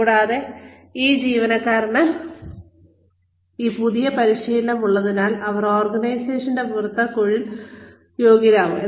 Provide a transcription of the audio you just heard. കൂടാതെ ഈ ജീവനക്കാരന് ഈ പുതിയ പരിശീലനം ഉള്ളതിനാൽ അവർ ഓർഗനൈസേഷന് പുറത്ത് കൂടുതൽ തൊഴിൽ യോഗ്യരാകും